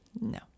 No